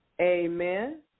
amen